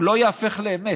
הוא לא ייהפך לאמת.